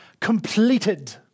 completed